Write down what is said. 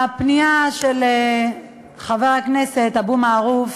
הפנייה של חבר הכנסת אבו מערוף